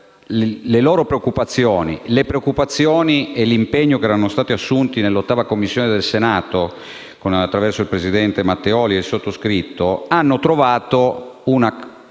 le loro preoccupazioni e gli impegni che erano stati assunti nell'8ª Commissione del Senato, attraverso il presidente Matteoli e il sottoscritto, hanno trovato una